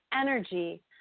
energy